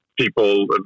people